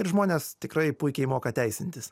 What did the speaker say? ir žmonės tikrai puikiai moka teisintis